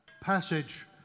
passage